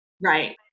right